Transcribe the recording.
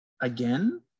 again